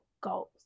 goals